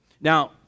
Now